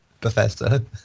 Professor